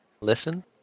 listen